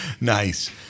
nice